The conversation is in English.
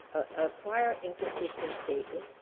a a prior inconsistent statement,